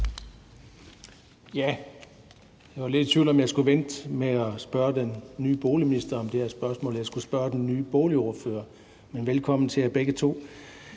Jeg var lidt i tvivl om, om jeg skulle vente og spørge den nye indenrigs- og boligminister om det her spørgsmål, eller om jeg skulle spørge den nye boligordfører. Men velkommen til jer begge to.